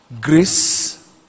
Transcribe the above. Grace